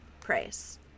Price